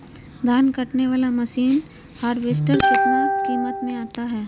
धान कटने बाला मसीन हार्बेस्टार कितना किमत में आता है?